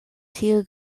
tiu